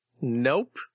Nope